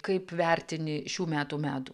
kaip vertini šių metų medų